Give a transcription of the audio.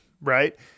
right